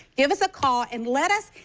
give us a call and letco us,